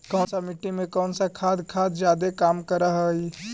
कौन सा मिट्टी मे कौन सा खाद खाद जादे काम कर हाइय?